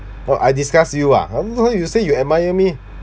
oh I disgust you ah I don't know you say you admire me